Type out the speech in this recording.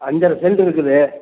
அஞ்சரை செண்ட் இருக்குது